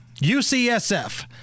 UCSF